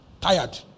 tired